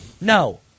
No